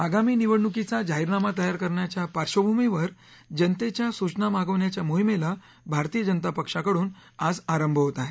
आगामी निवडणुकीचा जाहीरनामा तयार करण्याच्या पार्श्वभूमीवर जनतेच्या सूचना मागवण्याच्या मोहिमेला भारतीय जनता पक्षाकडून आज आरंभ होत आहे